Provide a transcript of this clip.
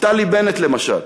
נפתלי בנט, למשל,